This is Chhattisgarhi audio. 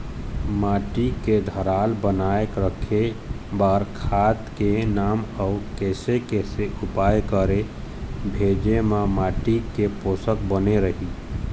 माटी के धारल बनाए रखे बार खाद के नाम अउ कैसे कैसे उपाय करें भेजे मा माटी के पोषक बने रहे?